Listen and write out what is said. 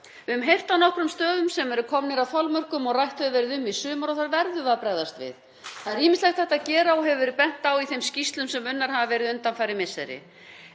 Við höfum heyrt af nokkrum stöðum sem eru komnir að þolmörkum og rætt hefur verið um í sumar og þá verðum við að bregðast við. Það er ýmislegt hægt að gera og hefur verið bent á í þeim skýrslum sem unnar hafa verið undanfarin misseri.